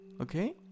Okay